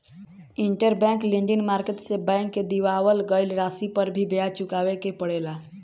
interbank lending market से bank के दिअवावल गईल राशि पर भी ब्याज चुकावे के पड़ेला